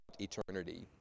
eternity